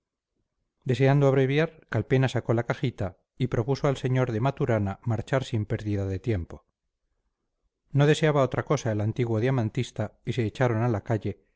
deseando abreviar calpena sacó la cajita y propuso al sr de maturana marchar sin pérdida de tiempo no deseaba otra cosa el antiguo diamantista y se echaron a la calle